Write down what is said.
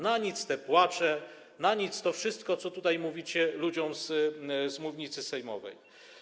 Na nic te płacze, na nic to wszystko, co tutaj mówicie ludziom z mównicy sejmowej.